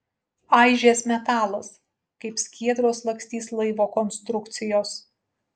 aižės metalas kaip skiedros lakstys laivo konstrukcijos